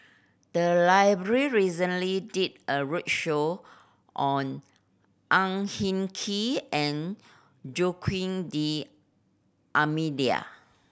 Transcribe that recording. the library recently did a roadshow on Ang Hin Kee and Joaquim D'Almeida